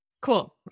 Cool